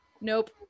Nope